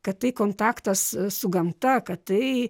kad tai kontaktas su gamta kad tai